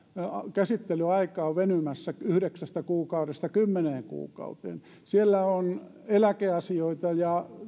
käsittelyaika on venymässä yhdeksästä kuukaudesta kymmeneen kuukauteen siellä on eläkeasioita ja